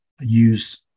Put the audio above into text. use